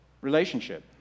relationship